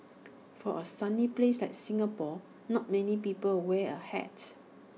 for A sunny place like Singapore not many people wear A hat